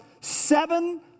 seven